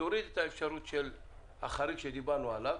תוריד את האפשרות של החריג שדיברנו עליו,